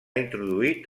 introduït